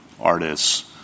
artists